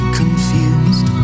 confused